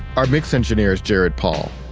our mix engineer is jared paul.